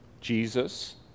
Jesus